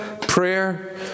prayer